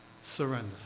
surrender